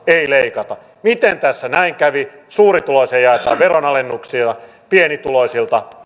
ei leikata miten tässä näin kävi suurituloisille jaetaan veronalennuksia pienituloisilta